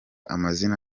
amazina